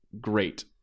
great